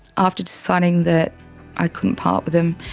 after deciding that i couldn't part with them,